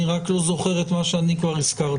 אני רק לא זוכר את מה שכבר ביקשתי.